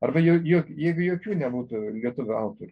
arba jo jog jeigu jokių nebūtų lietuvių autorių